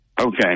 Okay